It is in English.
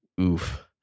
oof